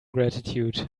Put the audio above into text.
gratitude